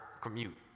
commute